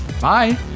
Bye